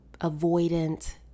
avoidant